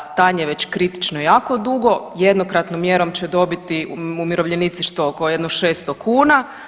Stanje je već kritično jako dugo, jednokratnom mjerom će dobiti umirovljenici što, oko jedno 600 kuna.